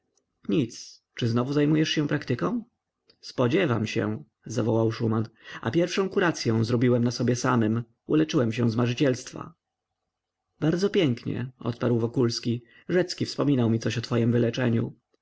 nic czy znowu zajmujesz się praktyką spodziewam się zawołał szuman a pierwszą kuracyą zrobiłem na samym sobie uleczyłem się z marzycielstwa bardzo pięknie odparł wokulski rzecki wspominał mi coś o twojem wyleczeniu